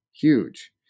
huge